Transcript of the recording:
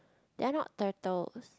they are not turtles